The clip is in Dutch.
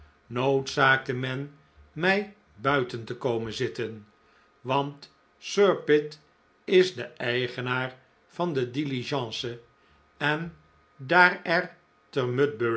noodzaakte men mij buiten te komen zitten want sir pitt is de eigenaar van de diligence en daar er